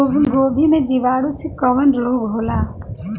गोभी में जीवाणु से कवन रोग होला?